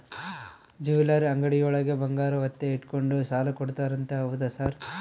Jewellery ಅಂಗಡಿಯೊಳಗ ಬಂಗಾರ ಒತ್ತೆ ಇಟ್ಕೊಂಡು ಸಾಲ ಕೊಡ್ತಾರಂತೆ ಹೌದಾ ಸರ್?